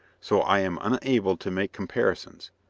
so i am unable to make comparisons.